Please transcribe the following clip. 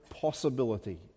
possibility